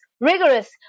rigorous